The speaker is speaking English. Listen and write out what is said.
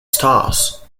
stars